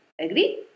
agree